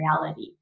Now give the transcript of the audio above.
reality